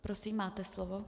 Prosím, máte slovo.